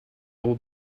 will